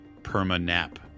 perma-nap